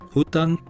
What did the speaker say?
Hutan